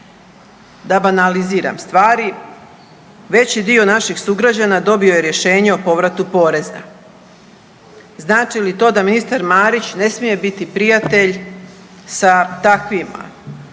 Da banaliziram stvari, veći dio naših sugrađana dobio je rješenje o povratu poreza, znači li to da ministar Marić ne smije biti prijatelj sa takvima?